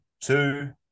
two